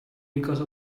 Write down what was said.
because